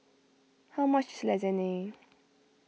how much is Lasagne